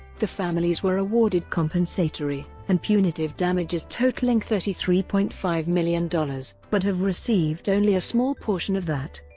the families were awarded compensatory and punitive damages totaling thirty three point five million dollars, but have received only a small portion of that.